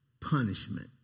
punishment